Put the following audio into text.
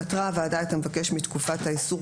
פטרה הוועדה את המבקש מתקופת האיסור,